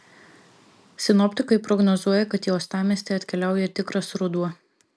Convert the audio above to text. sinoptikai prognozuoja kad į uostamiestį atkeliauja tikras ruduo